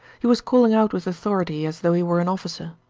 he was calling out with authority as though he were an officer.